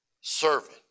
servant